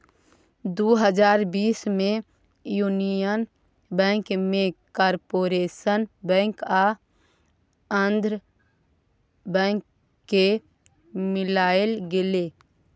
दु हजार बीस मे युनियन बैंक मे कारपोरेशन बैंक आ आंध्रा बैंक केँ मिलाएल गेलै